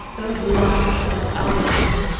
those locks defiled.